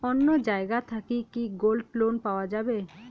অন্য জায়গা থাকি কি গোল্ড লোন পাওয়া যাবে?